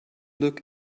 look